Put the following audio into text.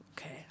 Okay